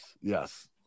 yes